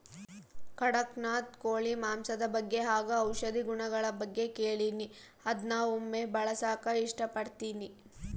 ಕಡಖ್ನಾಥ್ ಕೋಳಿ ಮಾಂಸದ ಬಗ್ಗೆ ಹಾಗು ಔಷಧಿ ಗುಣಗಳ ಬಗ್ಗೆ ಕೇಳಿನಿ ಅದ್ನ ಒಮ್ಮೆ ಬಳಸಕ ಇಷ್ಟಪಡ್ತಿನಿ